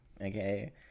okay